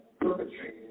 perpetrated